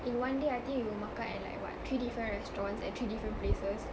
in one day I think we will makan at like what three different restaurants and three different places